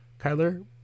Kyler